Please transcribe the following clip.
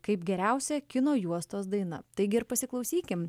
kaip geriausia kino juostos daina taigi ir pasiklausykim